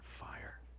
fire